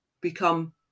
become